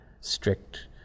strict